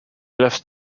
left